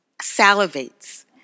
salivates